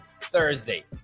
Thursday